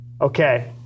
Okay